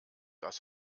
aus